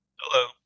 hello